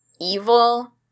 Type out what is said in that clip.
evil